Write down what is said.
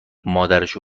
مادرشو